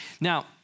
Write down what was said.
Now